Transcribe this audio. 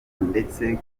ndetse